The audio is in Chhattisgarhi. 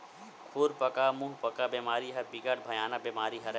खुरपका मुंहपका बेमारी ह बिकट भयानक बेमारी हरय